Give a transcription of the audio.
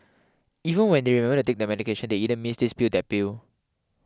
even when they remember to take their medication they either miss this pill that pill